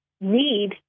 need